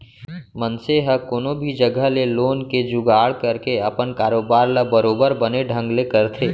मनसे ह कोनो भी जघा ले लोन के जुगाड़ करके अपन कारोबार ल बरोबर बने ढंग ले करथे